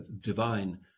divine